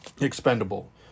expendable